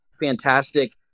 fantastic